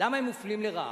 למה הם מופלים לרעה?